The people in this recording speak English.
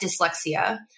dyslexia